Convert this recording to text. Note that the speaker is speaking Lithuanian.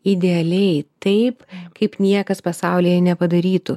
idealiai taip kaip niekas pasaulyje nepadarytų